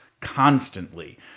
constantly